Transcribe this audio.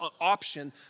option